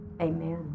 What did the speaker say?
Amen